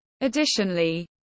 Additionally